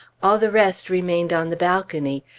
all the rest remained on the balcony.